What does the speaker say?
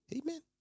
Amen